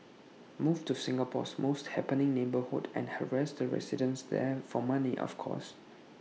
move to Singapore's most happening neighbourhood and harass the residents there for money of course